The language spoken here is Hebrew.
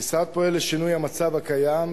המשרד פועל לשינוי המצב הקיים,